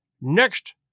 Next